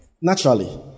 naturally